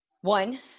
One